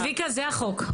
אבל צביקה, זה החוק.